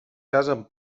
casen